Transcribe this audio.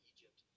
Egypt